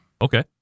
okay